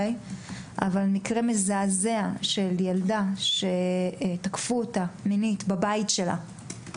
של ילדה שתקפו אותה מינית בבית שלה.